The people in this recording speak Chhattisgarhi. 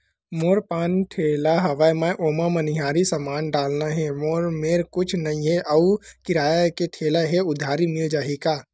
मोर पान ठेला हवय मैं ओमा मनिहारी समान डालना हे मोर मेर कुछ नई हे आऊ किराए के ठेला हे उधारी मिल जहीं का?